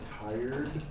tired